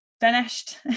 finished